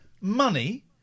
money